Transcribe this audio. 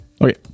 Okay